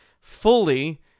fully